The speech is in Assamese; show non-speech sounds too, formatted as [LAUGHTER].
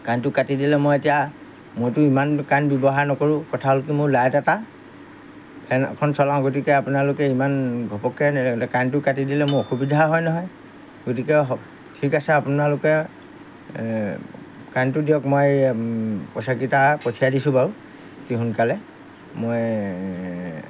কাৰেণ্টটো কাটি দিলে মই এতিয়া মইতো ইমান কাৰেণ্ট ব্যৱহাৰ নকৰোঁ কথা হ'ল কি মোৰ লাইট এটা ফেন এখন চলাওঁ গতিকে আপোনালোকে ইমান ঘপককৈ কাৰেণ্টটো কাটি দিলে মোৰ অসুবিধা হয় নহয় গতিকে [UNINTELLIGIBLE] ঠিক আছে আপোনালোকে কাৰেণ্টটো দিয়ক মই পইচাকেইটা পঠিয়াই দিছোঁ বাৰু অতি সোনকালে মই